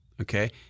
okay